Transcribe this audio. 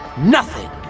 nothing.